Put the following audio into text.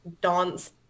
dance